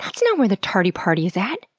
that's not where the tardi-party is at!